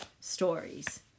stories